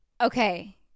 Okay